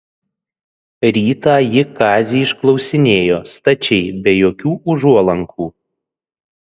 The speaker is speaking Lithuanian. rytą ji kazį išklausinėjo stačiai be jokių užuolankų